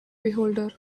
beholder